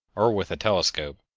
or with a telescope,